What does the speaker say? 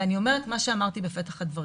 ואני אומרת מה שאמרתי בפתח הדברים: